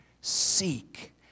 seek